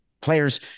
players